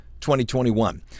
2021